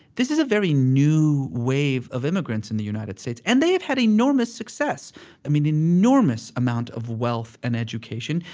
this is a very new wave of immigrants in the united states. and they've had enormous success yeah i mean, enormous amount of wealth and education.